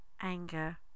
anger